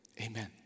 Amen